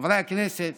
חברי הכנסת,